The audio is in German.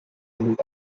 genug